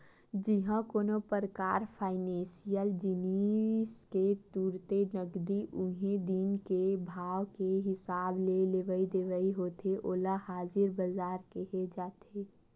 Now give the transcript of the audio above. जिहाँ कोनो परकार फाइनेसियल जिनिस के तुरते नगदी उही दिन के भाव के हिसाब ले लेवई देवई होथे ओला हाजिर बजार केहे जाथे